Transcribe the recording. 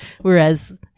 Whereas